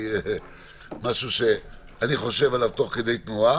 היא משהו שאני חושב עליו תוך כדי תנועה.